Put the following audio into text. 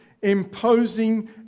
imposing